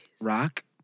rock